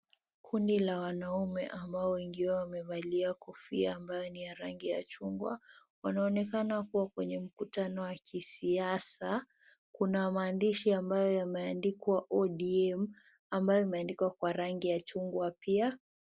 Kundi la wanaume ambao wengi wao wamevalia kofia ambayo ni ya rangi ya chungwa wanaonekana kuwa kwenye mkutano wa kisiasa kuna maandishi ambayo yameandikwa ODM ambayo imeandikwa kwa rangi ya chungwa pia.